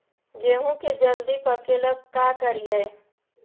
गेहूं के जल्दी पके ल का करियै?